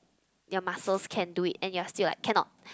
your muscles can do it and you're still like cannot